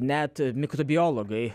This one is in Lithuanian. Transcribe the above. net mikrobiologai